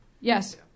Yes